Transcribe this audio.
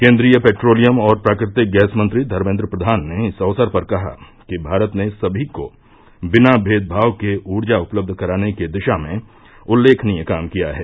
केन्द्रीय पेट्रोलियम और प्राकृतिक गैस मंत्री धर्मेन्द्र प्रधान ने इस अवसर पर कहा कि भारत ने समी को बिना भेदभाव के ऊर्जा उपलब्ध कराने की दिशा में उल्लेखनीय काम किया है